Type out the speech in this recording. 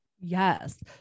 yes